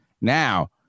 Now